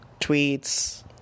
tweets